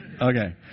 Okay